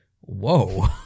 Whoa